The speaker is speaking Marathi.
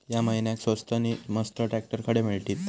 या महिन्याक स्वस्त नी मस्त ट्रॅक्टर खडे मिळतीत?